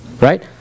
Right